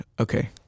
Okay